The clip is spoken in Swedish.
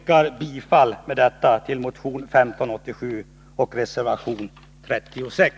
Jag yrkar med detta bifall till motion 1587 och reservation 36.